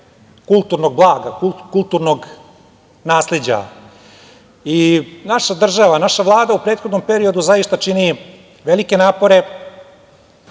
kulturnog blaga, kulturnog nasleđa. Naša država, naša Vlada u prethodnom periodu zaista čini velike napore